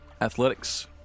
Athletics